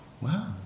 wow